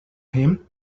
him